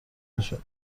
دیده